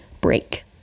Break